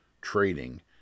trading